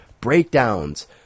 breakdowns